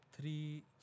three